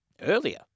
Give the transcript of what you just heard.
earlier